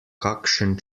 kakšen